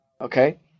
Okay